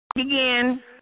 again